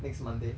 next monday